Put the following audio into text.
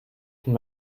von